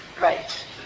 Right